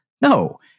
No